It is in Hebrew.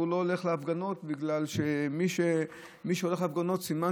שהוא לא הולך להפגנות בגלל שמי שהולך להפגנות סימן